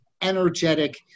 energetic